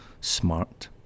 smart